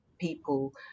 people